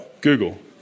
Google